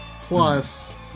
plus